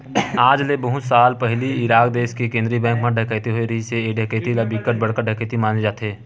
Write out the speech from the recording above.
आज ले बहुत साल पहिली इराक देस के केंद्रीय बेंक म डकैती होए रिहिस हे ए डकैती ल बिकट बड़का डकैती माने जाथे